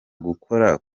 gukora